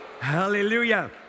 Hallelujah